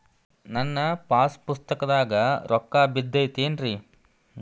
ನನ್ನ ಪಾಸ್ ಪುಸ್ತಕದಾಗ ರೊಕ್ಕ ಬಿದ್ದೈತೇನ್ರಿ?